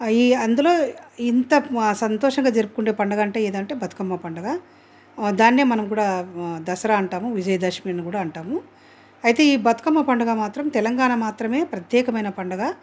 ఈ అందులో ఇంత సంతోషంగా జరుపుకునే పండుగ అంటే ఏదంటే బతుకమ్మ పండుగ దాన్నే మనం కూడా దసరా అంటాము విజయదశమి అని కూడా అంటాము అయితే ఈ బతుకమ్మ పండుగ మాత్రం తెలంగాణా మాత్రమే ప్రత్యేకమైన పండుగ